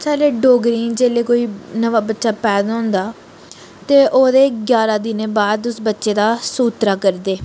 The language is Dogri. साढ़ै डोगरें च जेल्लै कोई नमां बच्चा पैदा होंदा ते ओह्दे ग्यारह् दिन बाद उस बच्चे दा सूत्तरा करदे